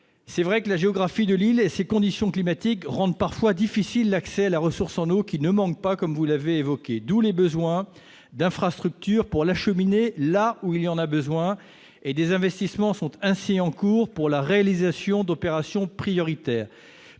est vrai que la géographie de l'île et ses conditions climatiques rendent parfois difficile l'accès à la ressource en eau, qui ne manque pas, comme vous l'avez évoqué, d'où la nécessité d'infrastructures pour l'acheminer là où il y en a besoin. Des investissements sont ainsi en cours pour la réalisation d'opérations prioritaires,